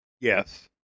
Yes